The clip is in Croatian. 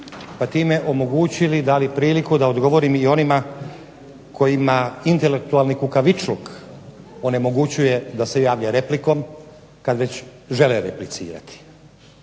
pa time omogućili i dali priliku da odgovorim i onima kojima intelektualni kukavičluk onemogućuje da se javlja replikom kada već žele replicirati